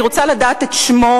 אני רוצה לדעת את שמו,